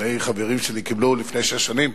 שני חברים שלי קיבלו לפני שש שנים